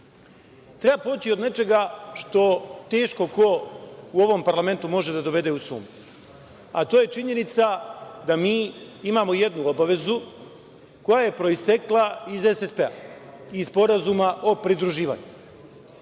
poći od nečega što teško ko u ovom parlamentu može da dovede u sumnju, a to je činjenica da mi imamo jednu obavezu koja je proistekla iz SSP, iz Sporazuma o pridruživanju.